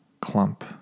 clump